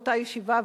מאותה ישיבה,